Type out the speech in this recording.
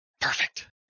Perfect